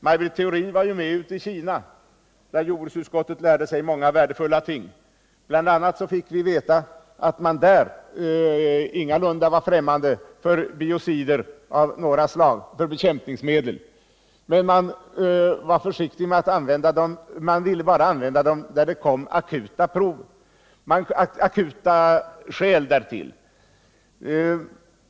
Maj Britt Theorin var med i Kina, där jordbruksutskottet lärde sig många värdefulla ting. Bl. a. fick vi veta att man där ingalunda var främmande för biocider såsom bekämpningsmedel. Men man var försiktig med att använda dem. Man ville använda dem bara där det uppstod akuta problem.